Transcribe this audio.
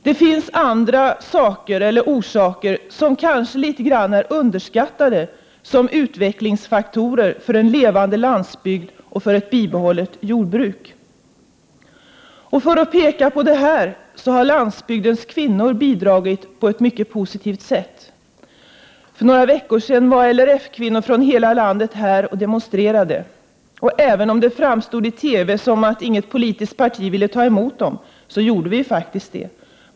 Det finns andra orsaker, som kanske är litet underskattade som utvecklingsfaktorer för en levande landsbygd och för ett bibehållet jordbruk. Landsbygdens kvinnor har bidragit på ett mycket positivt sätt för att peka på detta. För några veckor sedan var LRF-kvinnor från hela landet här och demonstrerade. Även om det framstod i TV som att inget politiskt parti ville ta emot dem, så gjorde vi faktiskt det.